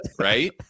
right